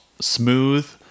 smooth